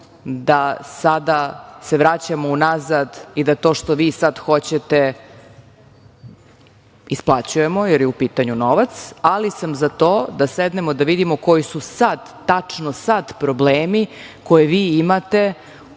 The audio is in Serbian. da sada se vraćamo unazad i da to što vi sada hoćete isplaćujemo, jer je u pitanju novac, ali sam za to da sednemo da vidimo koji su sada tačno problemi koje vi imate